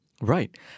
Right